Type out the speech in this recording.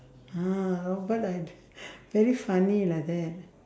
ah robot like very funny like that